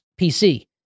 PC